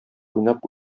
уйнап